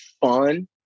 fun